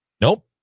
Nope